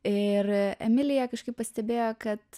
ir emilija kažkaip pastebėjo kad